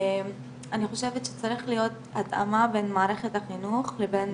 אני חושבת שצריך להיות התאמה בין מערכת החינוך לבין